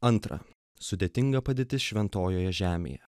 antra sudėtinga padėtis šventojoje žemėje